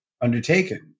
undertaken